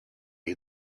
you